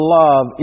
love